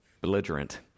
Belligerent